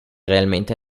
realmente